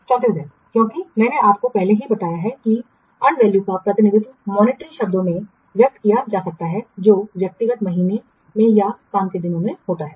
34 दिन क्योंकि मैंने आपको पहले ही बताया है कि अर्जित मूल्य का प्रतिनिधित्व मॉनिटरी शब्दों में व्यक्त किया जा सकता है जो व्यक्तिगत महीनों में या काम के दिनों में होता है